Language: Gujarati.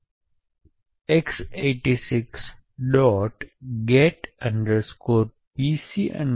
get pc thunk